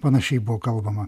panašiai buvo kalbama